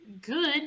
good